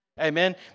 Amen